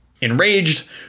Enraged